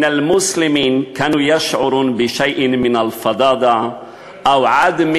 "אן אל-מסלמין כאנו ישערן בשיא(ן) מן אל-ע'דאדה או עדם